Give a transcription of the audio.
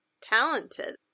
talented